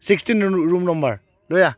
sixteen ৰু room number লৈ আহ